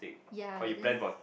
ya but then